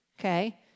Okay